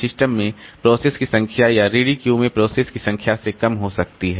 system में process की संख्या या रेडी क्यू में प्रोसेस की संख्या कम हो सकती है